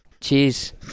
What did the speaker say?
Cheers